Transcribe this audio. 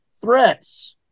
threats